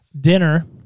Dinner